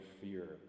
fear